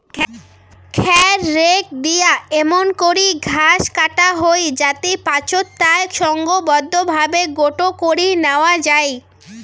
খ্যার রেক দিয়া এমুন করি ঘাস কাটা হই যাতি পাচোত তায় সংঘবদ্ধভাবে গোটো করি ন্যাওয়া যাই